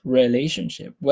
relationship